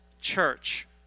church